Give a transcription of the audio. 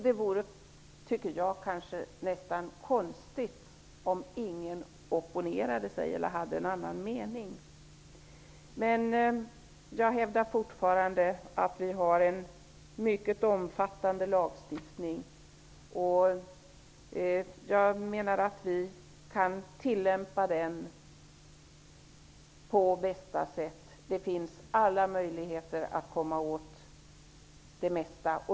Det vore nästan konstigt om ingen opponerade sig eller hade en annan mening. Jag hävdar fortfarande att vi har en mycket omfattande lagstiftning. Jag menar att vi kan tillämpa den på bästa sätt. Det finns alla möjligheter att komma åt det mesta.